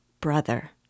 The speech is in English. Brother